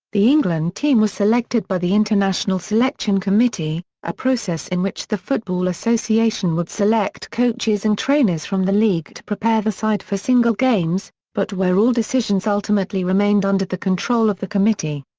the england team was selected by the international selection committee, a process in which the football association would select coaches and trainers from the league to prepare the side for single games, but where all decisions ultimately remained under the control of the committee.